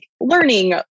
learning